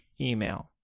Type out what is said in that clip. email